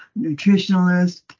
nutritionalist